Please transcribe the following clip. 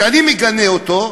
ואני מגנה אותו,